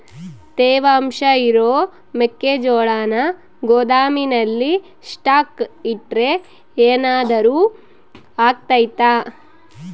ತೇವಾಂಶ ಇರೋ ಮೆಕ್ಕೆಜೋಳನ ಗೋದಾಮಿನಲ್ಲಿ ಸ್ಟಾಕ್ ಇಟ್ರೆ ಏನಾದರೂ ಅಗ್ತೈತ?